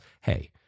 hey